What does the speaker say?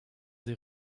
des